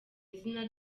izina